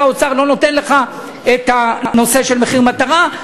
האוצר לא נותן לך את הנושא של מחיר מטרה.